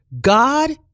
God